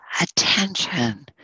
attention